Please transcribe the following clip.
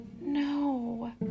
No